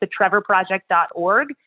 thetrevorproject.org